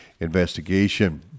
investigation